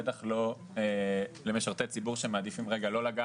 בטח לא למשרתי ציבור שמעדיפים לא לגעת